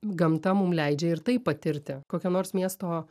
gamta mum leidžia ir taip patirti kokie nors miesto